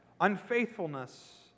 unfaithfulness